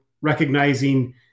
recognizing